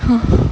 mmhmm